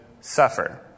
suffer